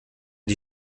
die